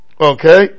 Okay